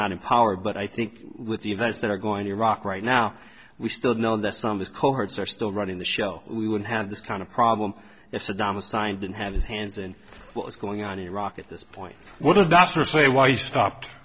not in power but i think with the events that are going to iraq right now we still know that some of his cohorts are still running the show we wouldn't have this kind of problem if saddam assigned and had his hands and what was going on in iraq at this point would have doctors say why he stopped